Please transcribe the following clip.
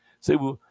See